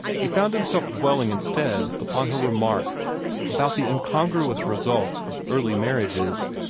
he found himself dwelling instead upon her remark about the incongruous results of early marriages.